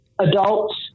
adults